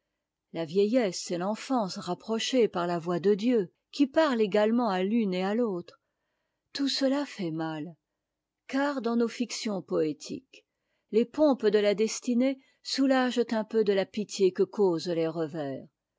la vieillesse et l'enfance rapprochées par la voix de dieu qui parle également à l'une et à l'autre tout cela fait mal et bien mal car dans nos fictions poétiques les pompes de la destinée soulagent un peu de la pitié que causent les revers